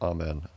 Amen